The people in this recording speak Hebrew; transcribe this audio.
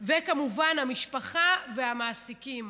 וכמובן, המשפחה והמעסיקים.